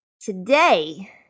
today